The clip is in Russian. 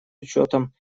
учетом